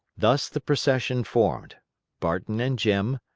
thus the procession formed barton and jim,